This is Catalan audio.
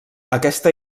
aquesta